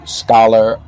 scholar